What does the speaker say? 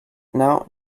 now